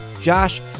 Josh